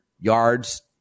yards